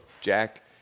jack